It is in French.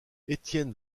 étienne